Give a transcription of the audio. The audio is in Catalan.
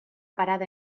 parada